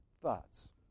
thoughts